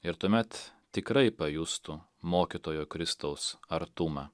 ir tuomet tikrai pajustų mokytojo kristaus artumą